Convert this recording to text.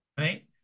Right